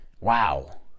wow